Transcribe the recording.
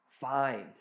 find